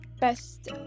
best